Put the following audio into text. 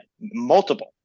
multiple